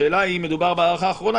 השאלה אם מדובר בהארכה אחרונה,